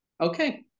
okay